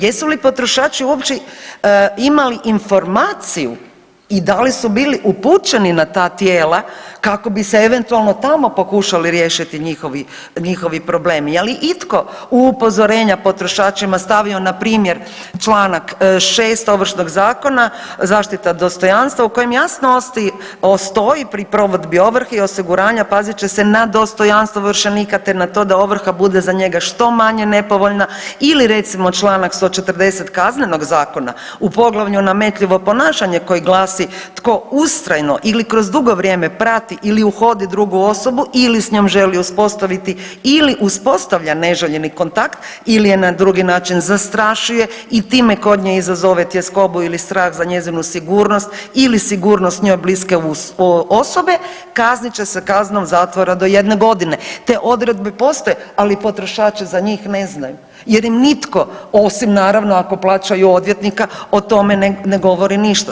Jesu li potrošači uopće imali informaciju i da li su bili upućeni na ta tijela kako bi se eventualno tamo pokušali riješiti njihovi problemi, ali itko, u upozorenja potrošačima stavio, npr. 6 Ovršnog zakona, zaštita dostojanstva u kojem jasno ostoji pri provedbi ovrhe i osiguranja, pazit će se na dostojanstvo ovršenika te na to da ovrha bude za njega što manje nepovoljna ili recimo, čl. 140 Kaznenog zakona, u poglavlju nametljivo ponašanje koji glasi, tko ustrajno ili kroz dugo vrijeme prati ili uhodi drugu osobu ili s njom želi uspostaviti ili uspostavlja neželjeni kontakt ili je na drugi način zastrašuje i time kod nje izazove tjeskobu ili strah za njezinu sigurnost ili sigurnost njoj briske osobe, kaznih će se kaznom zatvora do 1 godine, te odredbe postoje, ali potrošači za njih ne znaju jer im nitko osim naravno, ako plaćaju odvjetnika, o tome ne govori ništa.